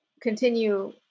continue